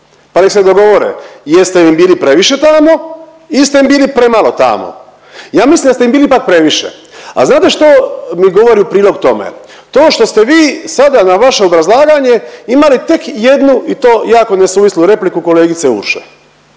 Pa nek se dogovore jeste li im bili previše tamo ili ste im bili premalo tamo. Ja mislim da ste im bili pak previše. A znate što mi govorili u prilog tome? To što ste vi sada na vaše obrazlaganje imali tek jednu i to jako nesuvislu repliku kolegice Urše.